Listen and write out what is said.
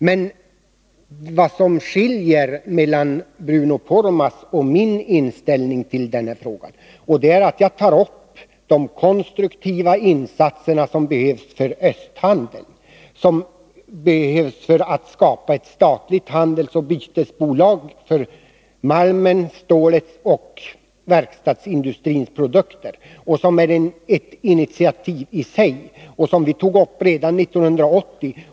Men vad som skiljer mellan Bruno Poromaas och min inställning till denna fråga är att jag tar upp de konstruktiva insatser som behövs för östhandeln och som behövs för att skapa ett statligt handelsoch bytesbolag för malmen, stålet och verkstadsindustrins produkter. Det är ett initiativ i sig, som vi tog upp redan 1980.